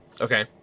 Okay